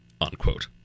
unquote